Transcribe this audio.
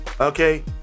Okay